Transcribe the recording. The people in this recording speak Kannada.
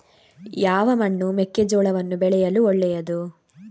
ಯಾವ ಮಣ್ಣು ಮೆಕ್ಕೆಜೋಳವನ್ನು ಬೆಳೆಯಲು ಒಳ್ಳೆಯದು?